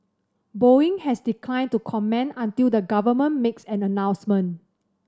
Boeing has declined to comment until the government makes an announcement